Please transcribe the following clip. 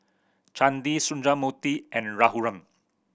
Chandi Sundramoorthy and Raghuram